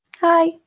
Hi